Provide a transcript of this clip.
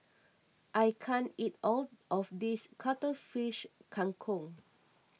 I can't eat all of this Cuttlefish Kang Kong